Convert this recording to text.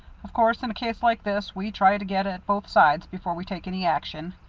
of course, in a case like this, we try to get at both sides before we take any action.